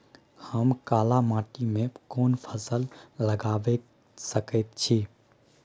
हम काला माटी में कोन फसल लगाबै सकेत छी?